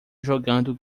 jogando